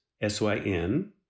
S-Y-N